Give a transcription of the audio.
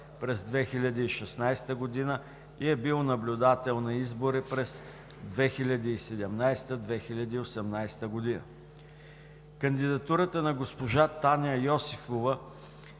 през 2016 г. и е бил наблюдател на избори през 2017 – 2018 г. Кандидатурата на госпожа Таня Йосифова